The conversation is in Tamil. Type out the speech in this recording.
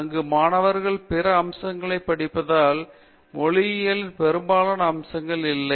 அங்கு மாணவர்கள் பிற அம்சங்களையும் படிப்பதால் மொழியியலின் பெரும்பாலான அம்சங்கள் இல்லை